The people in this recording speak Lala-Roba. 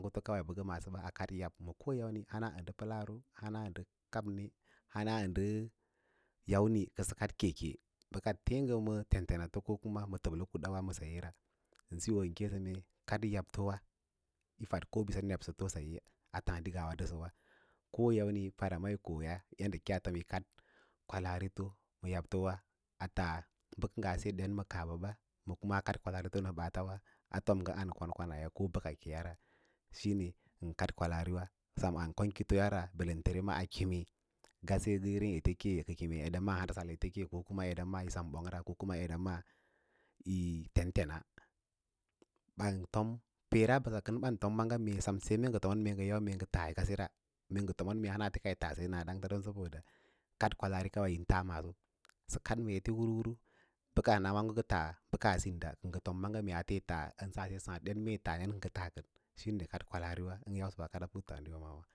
Waãgo kawai a yab ma mana ya’mni kon pəlaari hanadə kaba han ndə ya’mni kəsə kaɗ ke ke bəka teẽ ngə ma tentenato ko təbl-a kuda ma saye ra siyo yin keemě ngə mee kaɗ yab to kawa yi fad kobi nebto ngən sesə wan a tasdi ngawe ndə səwa. Koya’mni para ma yi koya yadɗa kiyaa weɗa kaɗ kwalaari to ma yab to ura atas bə kə njaa se ɗen ma kaaɓa ɓa kuma kad kwalarifo ma ɓaatawa pam ngə an kwanaya ko ɓəkawara shine kaɗ kwalaariwa sem an kong kiwayara butente m a keme ngase ngə irin eteke ake eɗa maa ndə hamdasal eteke hana eɗa maa yi sem ɓongra hana eɗa maa yi tenteaa ɓan tomo peera mbəsa kən ɓan tom maaga mee sen ngə tomon hana ke eɗayi taa saye aɗangta ɗoa saboda kec kwəaari kawai ən taa maaso kaɗ ma ete huru huru bəka waãgo ngə taa bəka sín ngə tom maaga saad mee ate taa hawe yi taa saye den kə taa kən shine kaɗ kwalaari yausa kaɗava a puttǎǎdiwa maawá.